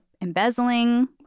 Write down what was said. embezzling